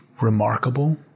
remarkable